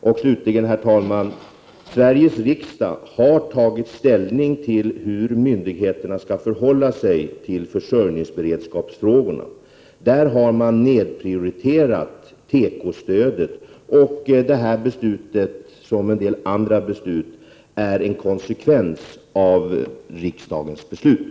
Herr talman! Sveriges riksdag har tagit ställning till hur myndigheterna skall förhålla sig till försörjningsberedskapsfrågorna. Där har man nedprioriterat tekestödet. Detta beslut, liksom en del andra beslut, är en konsekvens av riksdagens beslut.